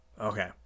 Okay